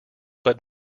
but